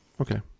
okay